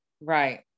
Right